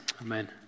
Amen